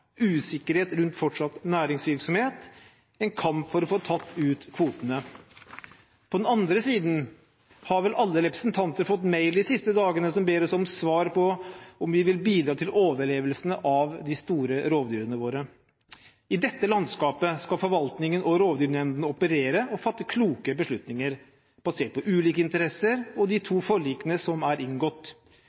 usikkerhet rundt fortsatt næringsvirksomhet og en kamp for å få tatt ut kvotene. På den andre siden har vel alle representanter fått mail de siste dagene som ber oss om svar på om vi vil bidra til overlevelsen av de store rovdyrene våre. I dette landskapet skal forvaltningen og rovdyrnemndene operere og fatte kloke beslutninger, basert på ulike interesser og de to forlikene som er inngått.